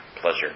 pleasure